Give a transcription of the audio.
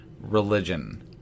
religion